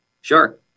Sure